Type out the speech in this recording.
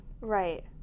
Right